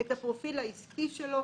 את הפרופיל העסקי שלו,